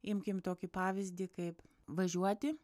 imkim tokį pavyzdį kaip važiuoti